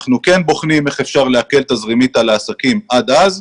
אנחנו כן בוחנים איך אפשר להקל תזרימית על העסקים עד אז.